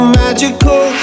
magical